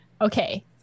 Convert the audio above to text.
Okay